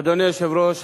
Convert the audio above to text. אדוני היושב-ראש,